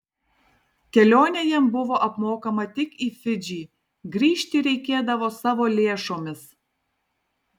kelionė jam buvo apmokama tik į fidžį grįžti reikėdavo savo lėšomis